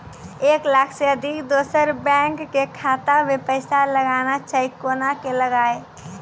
एक लाख से अधिक दोसर बैंक के खाता मे पैसा लगाना छै कोना के लगाए?